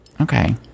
Okay